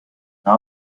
der